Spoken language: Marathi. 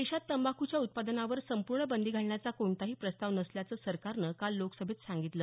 देशात तंबाखूच्या उत्पादनावर संपूर्ण बंदी घालण्याचा कोणताही प्रस्ताव नसल्याचं सरकारनं काल लोकसभेत सांगितलं